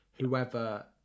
whoever